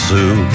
Sue